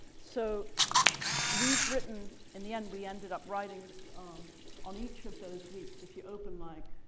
so we've written in the end we ended up writing um on each of those weeks if you open like,